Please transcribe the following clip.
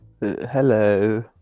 Hello